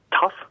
tough